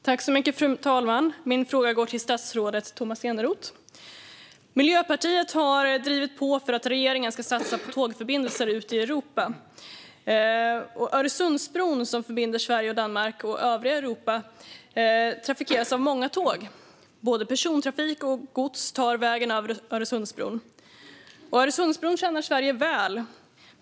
Fru talman! Min fråga går till statsrådet Tomas Eneroth. Miljöpartiet har drivit på för att regeringen ska satsa på tågförbindelser ute i Europa. Öresundsbron som förbinder Sverige med Danmark och övriga Europa trafikeras av många tåg. Både persontrafik och godstrafik tar vägen över Öresundsbron. Öresundsbron tjänar Sverige väl.